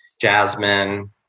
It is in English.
jasmine